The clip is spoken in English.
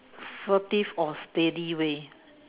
furtive or steady way